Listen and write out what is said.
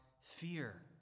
fear